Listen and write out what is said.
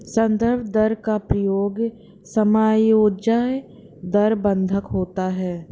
संदर्भ दर का प्रयोग समायोज्य दर बंधक होता है